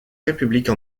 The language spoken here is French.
république